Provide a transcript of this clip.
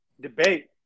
debate